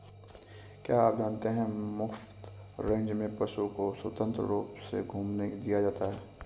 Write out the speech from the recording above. क्या आप जानते है मुफ्त रेंज में पशु को स्वतंत्र रूप से घूमने दिया जाता है?